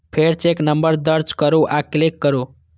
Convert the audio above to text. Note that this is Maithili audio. फेर चेक नंबर दर्ज करू आ क्लिक करू